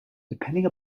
depending